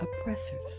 oppressors